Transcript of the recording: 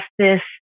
justice